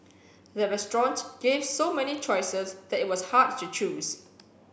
the restaurant gave so many choices that it was hard to choose